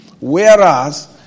Whereas